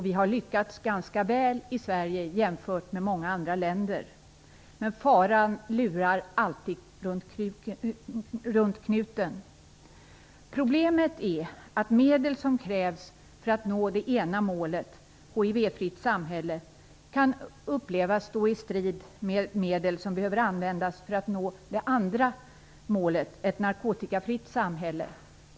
Vi har lyckats ganska väl i Sverige jämfört med många andra länder. Men faran lurar alltid runt knuten. Problemet är att medel som krävs för att nå det ena målet, ett hivfritt samhälle, kan upplevas stå i strid med medel som behöver användas för att nå det andra målet, ett narkotikafritt samhälle.